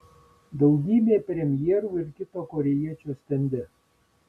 daugybė premjerų ir kito korėjiečio stende